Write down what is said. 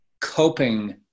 coping